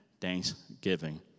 thanksgiving